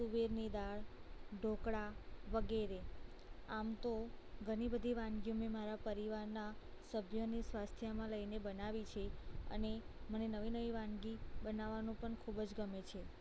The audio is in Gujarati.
તુવેરની દાળ ઢોકળા વગેરે આમ તો ઘણી બધી વાનગીઓ મેં મારા પરિવારના સભ્યોની સ્વાસ્થ્યમાં લઈને બનાવી છે અને મને નવી નવી વાનગી બનાવવાનું પણ ખૂબ જ ગમે છે